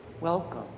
Welcome